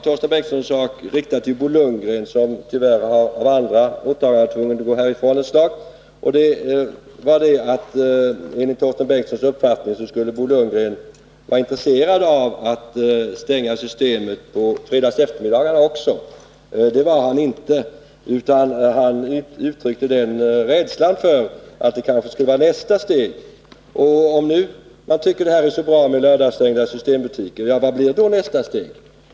Torsten Bengtson riktade sig också till Bo Lundgren, som tyvärr på grund av andra åtaganden blivit tvungen att gå härifrån ett slag. Enligt Torsten Bengtsons uppfattning skulle Bo Lundgren vara intresserad av att stänga Systemet på fredagseftermiddagarna också. Det var han nu inte, utan han gav uttryck för rädsla för att detta kanske skulle vara nästa steg. Om man tycker att det är så bra med lördagsstängda systembutiker, vad blir då nästa steg?